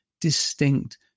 distinct